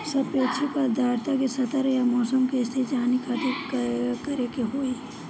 सापेक्षिक आद्रता के स्तर या मौसम के स्थिति जाने खातिर करे के होई?